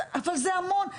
זה המון.